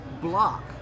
block